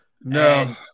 No